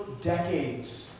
decades